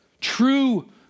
True